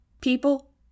people